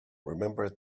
remember